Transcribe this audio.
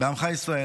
בעמך ישראל,